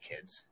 kids